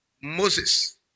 Moses